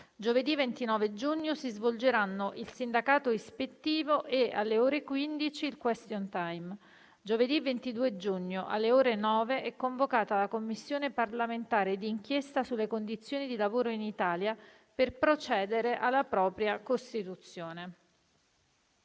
Giovedì 29 giugno si svolgeranno il sindacato ispettivo e, alle ore 15, il *question time*. Giovedì 22 giugno, alle ore 9, è convocata la Commissione parlamentare di inchiesta sulle condizioni di lavoro in Italia per procedere alla propria costituzione.